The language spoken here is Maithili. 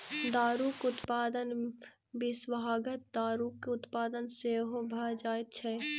दारूक उत्पादन मे विषाक्त दारूक उत्पादन सेहो भ जाइत छै